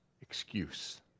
excuse